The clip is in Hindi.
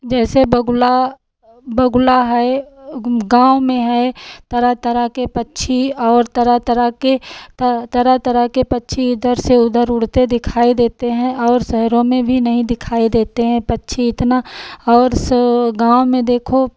जैसे बगुला बगुला है ग गाँव में है तरह तरह के पक्षी और तरह तरह के त तरह तरह के पक्षी इधर से उधर उड़ते दिखाई देते हैं और शहरों में भी नहीं दिखाई देते हैं पक्षी इतना और सो गाँव में देखो